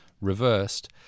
reversed